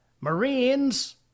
Marines